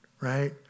right